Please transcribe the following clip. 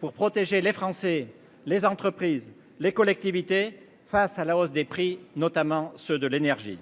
pour protéger les Français. Les entreprises, les collectivités face à la hausse des prix, notamment ceux de l'énergie.